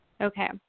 Okay